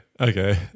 okay